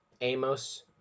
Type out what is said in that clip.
Amos